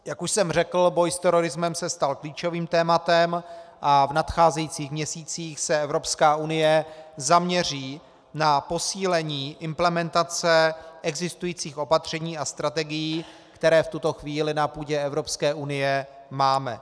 Jak už jsem řekl, boj s terorismem se stal klíčovým tématem a v nadcházejících měsících se Evropská unie zaměří na posílení implementace existujících opatření a strategií, které v tuto chvíli na půdě Evropské unie máme.